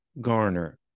Garner